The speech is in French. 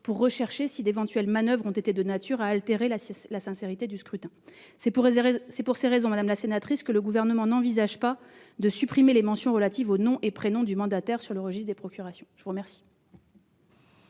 pour rechercher si d'éventuelles manoeuvres ont été de nature à altérer la sincérité du scrutin. C'est pour ces raisons, madame la sénatrice, que le Gouvernement n'envisage pas de supprimer les mentions relatives aux noms et prénoms des mandataires sur le registre des procurations. La parole